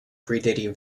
predating